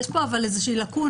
אבל יש פה איזושהי לקונה,